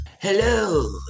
hello